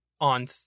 on